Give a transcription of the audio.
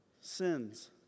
sins